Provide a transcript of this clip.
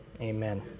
Amen